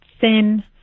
thin